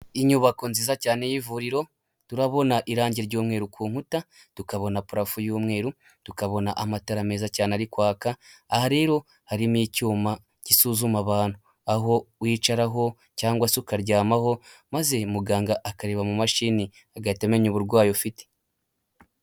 Inyubako nziza cyane y'ivuriro, turabona irangi ry'umweru ku nkuta, tukabona parafu y'umweru, tukabona amatara meza cyane ari kwaka, aha rero harimo icyuma gisuzuma abantu aho wicaraho cyangwa se ukaryamaho maze muganga akareba mu mashini agahita amenya uburwayi ufite.